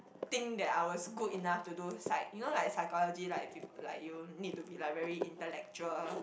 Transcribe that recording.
think that I was good enough to do Psy you know like psychology like people like you need to be like very intellectual